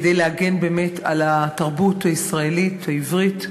כדי להגן באמת על התרבות הישראלית העברית.